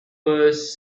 was